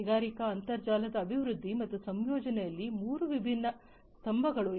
ಕೈಗಾರಿಕಾ ಅಂತರ್ಜಾಲದ ಅಭಿವೃದ್ಧಿ ಮತ್ತು ಸಂಯೋಜನೆಯಲ್ಲಿ ಮೂರು ವಿಭಿನ್ನ ಸ್ತಂಭಗಳು ಇವು